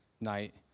night